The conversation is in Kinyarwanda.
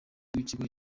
w’ikigo